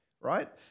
right